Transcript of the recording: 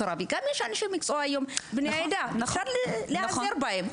יש היום אנשי מקצוע בני העדה ואפשר להיעזר בהם.